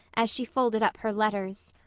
as she folded up her letters,